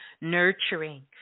nurturing